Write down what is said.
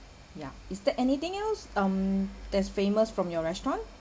ya is there anything else um that's famous from your restaurant